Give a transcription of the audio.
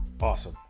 Awesome